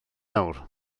nawr